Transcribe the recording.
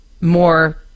more